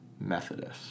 Methodist